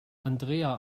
andrea